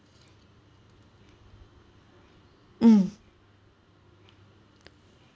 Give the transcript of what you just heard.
mm